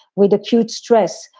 with acute stress,